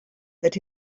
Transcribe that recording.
that